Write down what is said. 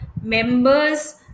members